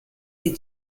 est